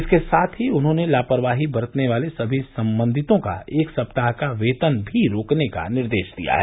इसके साथ उन्होंने लापरवाही बरतने वाले सभी संबंधितों का एक सप्ताह का वेतन भी रोकने का निर्देश दिया है